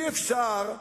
אז אי-אפשר,